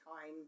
time